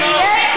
בהסתה.